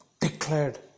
declared